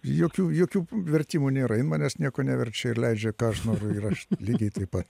jokių jokių vertimų nėra jin manęs nieko neverčia ir leidžia ką aš ir aš lygiai taip pat